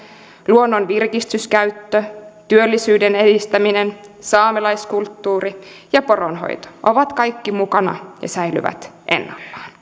luonnon virkistyskäyttö työllisyyden edistäminen saamelaiskulttuuri ja poronhoito ovat kaikki mukana ja säilyvät ennallaan